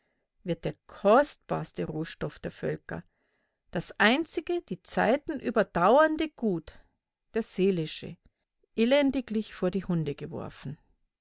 wird der kostbarste rohstoff der völker das einzige die zeiten überdauernde gut der seelische elendiglich vor die hunde geworfen